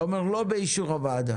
אתה אומר לא באישור הוועדה.